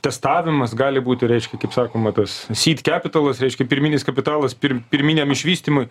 testavimas gali būti reiškia kaip sakoma tas syd kepitalas reiškia pirminis kapitalas pirm pirminiam išvystymui